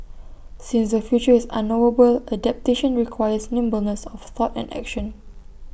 since the future is unknowable adaptation requires nimbleness of thought and action